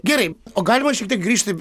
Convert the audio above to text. gerai o galima šiek tiek grįžti